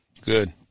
Good